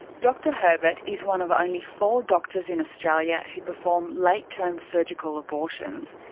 dr. herbert is one of only four doctors in australia who perform late term surgical abortions.